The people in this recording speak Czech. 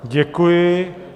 Děkuji.